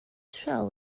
shell